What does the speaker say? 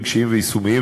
רגשיים ויישומיים,